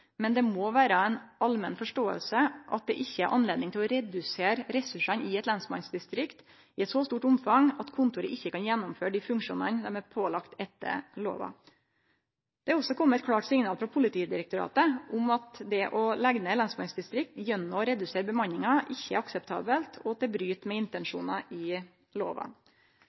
Men det må vere ei allmenn forståing av at det ikkje er anledning til å redusere ressursane i eit lensmannsdistrikt i så stort omfang at kontoret ikkje kan gjennomføre dei funksjonane det er pålagt etter lova. Det har også kome eit klart signal frå Politidirektoratet om at det å leggje ned lensmannsdistrikt gjennom å redusere bemanninga, ikkje er akseptabelt, og at det bryt med intensjonen i lova.